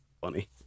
funny